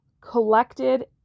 collected